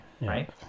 right